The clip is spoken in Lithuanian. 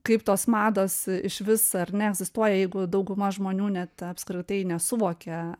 kaip tos mados išvis ar ne egzistuoja jeigu dauguma žmonių net apskritai nesuvokia